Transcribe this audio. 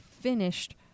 finished